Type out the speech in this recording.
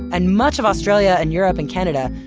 and much of australia and europe and canada,